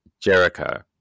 Jericho